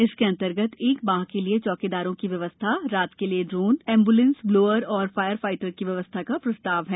इसके अंतर्गत एक माह के लिए चौकीदारों की व्यवस्था रात के लिए ड्रोन एंब्लेंस ब्लोअर और फायर फाईटर की व्यवस्था का प्रस्ताव है